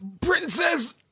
Princess